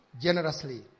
generously